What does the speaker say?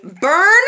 burn